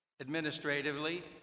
administratively